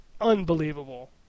unbelievable